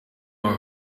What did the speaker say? are